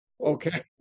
Okay